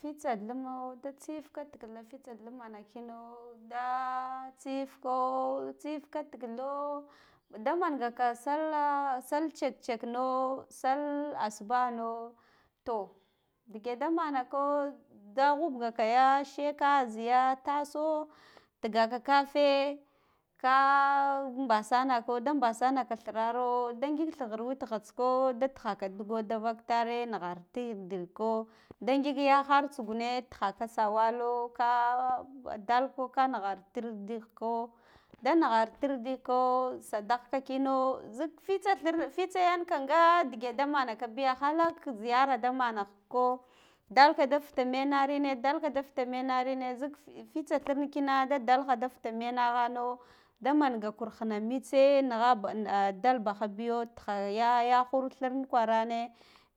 Fitsa thumo da tsifka tikidho da mangaka sallah sal check checkno sal asubano toh dige damana ko da ghubgaka ya sheka ziye taso tigakaka kafe ka mɓasa nako da mbasanaka thiraro nde ngik athighur witghas ko da tighaka dugo de vak tane nagharti dirka nda ngik ya har tangure tighaka sawalo ka dalkho ka nagha fir dikkwo da naghartirdir dikwo sedagh ka kino zik fitsa flirne fitsa yankam nga dige de manaka biya halak ziyara dammako dalka da fita menari ne dalka da fita menarine zik fitsa thirkina nga dalkha da fita menerino nde manga kur khina mitse se nagha a dal bakha biyo tigha ya yakur thira kwarane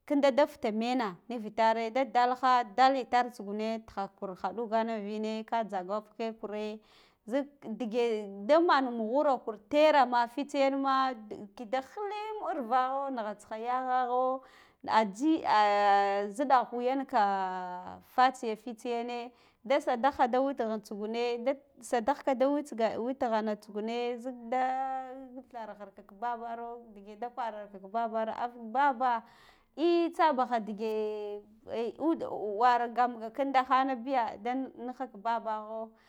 kinda da fita menerine nivitare da dalkha dal itare tsugune tighakhur ghaɗugine invine ka zagwav he kure gik dige da mana mughuro terema fita yanme kida khiliw urvakho naghata kha yaghagho aji ah ziɗa ku yanka ah fatsiya fitsi yane da sadagha de watghan tsugune ga sadagh ka da witsga witghana tsugune zik da thara ghir babaro ndige da kwararka babara au baba th tsabakha digi ude wira kam gamga ƙinda hanabiya da nikhik babakho.